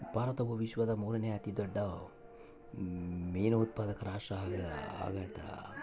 ಭಾರತವು ವಿಶ್ವದ ಮೂರನೇ ಅತಿ ದೊಡ್ಡ ಮೇನು ಉತ್ಪಾದಕ ರಾಷ್ಟ್ರ ಆಗ್ಯದ